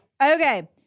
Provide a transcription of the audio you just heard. Okay